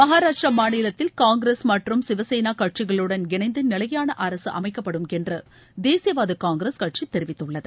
மகாராஷ்டிரா மாநிலத்தில் காங்கிரஸ் மற்றும் சிவகேனா கட்சிகளுடன் இணைந்து நிலையான அரசு அமைக்கப்படும் என்று தேசியவாத காங்கிரஸ் கட்சி தெரிவித்துள்ளது